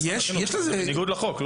מה בניגוד לחוק?